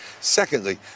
Secondly